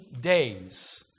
days